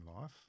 Life